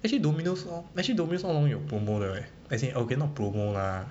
actually Domino's all actually Domino's all along 有 promo 的 leh as in okay lah not promo ah